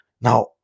Now